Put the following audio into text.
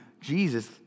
Jesus